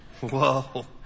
Whoa